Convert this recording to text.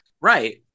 Right